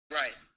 Right